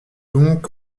donc